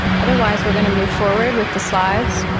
otherwise, we're going to move forward with the slides.